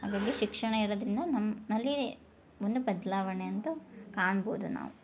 ಹಾಗಾಗಿ ಶಿಕ್ಷಣ ಇರೋದರಿಂದ ನಮ್ಮಲ್ಲಿ ಒಂದು ಬದಲಾವಣೆ ಅಂತು ಕಾಣ್ಬೋದು ನಾವು